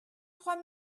trois